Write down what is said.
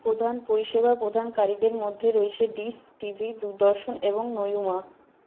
প্রধান পরিষেবা প্রদানকারীদের মধ্যে রয়েছে ডিশ টিভি দূরদর্শন এবং